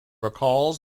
recalls